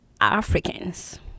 africans